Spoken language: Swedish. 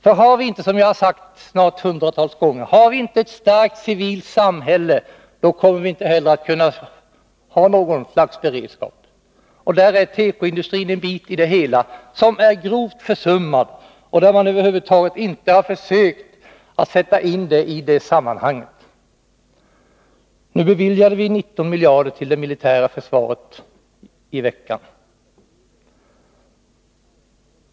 Om vi inte har ett starkt civilt samhälle — det har jag sagt kanske hundratals gånger — kommer vi inte heller att kunna ha något slags beredskap. Där är tekoindustrin en bit i det hela som är grovt försummad, som man över huvud taget inte har försökt att sätta in i detta sammanhang. Vi beviljade 19 miljarder till det militära försvaret i förra veckan.